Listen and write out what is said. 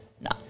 no